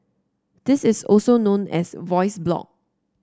this is also known as a voice blog